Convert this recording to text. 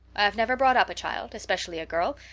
i've never brought up a child, especially a girl,